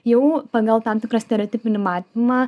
jau pagal tam tikrą stereotipinį matymą